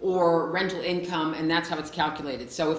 or rental income and that's how it's calculated so if